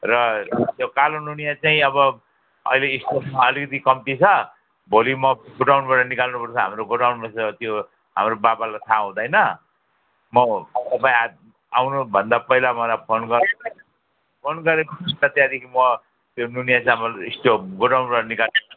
र कालो नुनिया चाहिँ अब अहिले स्टकमा अलिकति कम्ती छ भोलि म गोडाउनबाट निकाल्नुपर्छ हाम्रो गोडाउन छ त्यो हाम्रो बाबालाई थाहा हुँदैन म तपाईँ आए आउनुभन्दा पहिला मलाई फोन गर्नु फोन गरेपछि त त्यहाँदेखि म त्यो नुनिया चामल स्टक गोडाउनबाट निकाल नि म